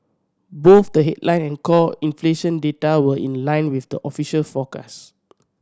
both the headline and core inflation data were in line with the official forecast